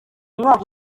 mwaka